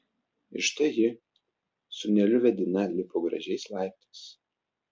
ir štai ji sūneliu vedina lipo gražiais laiptais